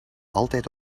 altijd